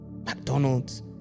McDonald's